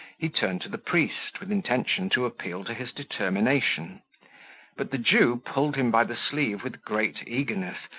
he turned to the priest, with intention to appeal to his determination but the jew pulled him by the sleeve with great eagerness,